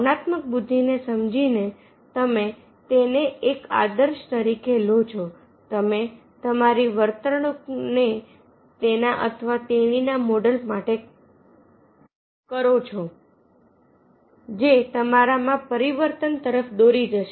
ભાવનાત્મક બુદ્ધિ ને સમજી ને તમે તેને એક આદર્શ તરીકે લો છો તમે તમારી વર્તણૂકને તેના અથવા તેણીના મોડેલ માટે કરો છો જે તમારા માં પરિવર્તન તરફ દોરી જશે